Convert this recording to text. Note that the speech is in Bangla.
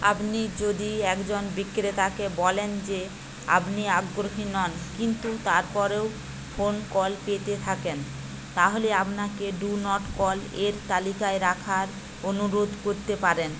আপনি যদি একজন বিক্রেতাকে বলেন যে আপনি আগ্রহী নন কিন্তু তারপরও ফোন কল পেতে থাকেন তাহলে আপনাকে ডু নট কল এর তালিকায় রাখার অনুরোধ করতে পারেন